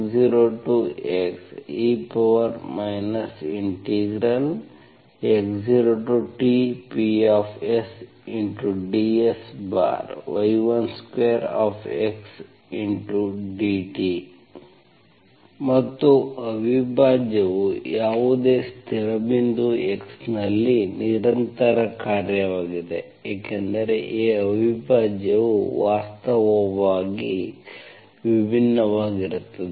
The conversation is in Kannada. y2x y1xx0x e x0tpsdsy12xdt ಮತ್ತು ಅವಿಭಾಜ್ಯವು ಯಾವುದೇ ಸ್ಥಿರ ಬಿಂದು x ನಲ್ಲಿ ನಿರಂತರ ಕಾರ್ಯವಾಗಿದೆ ಏಕೆಂದರೆ ಈ ಅವಿಭಾಜ್ಯವು ವಾಸ್ತವವಾಗಿ ವಿಭಿನ್ನವಾಗಿರುತ್ತದೆ